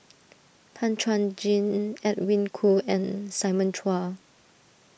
Tan Chuan Jin Edwin Koo and Simon Chua